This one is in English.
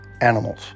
animals